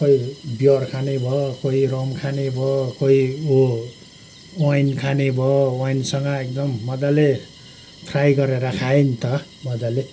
कोही बियर खाने भयो कोही रम खाने भयो कोही ऊ वाइन खाने भयो वाइनसँग एकदम मजाले फ्राई गरेर खायो नि त मजाले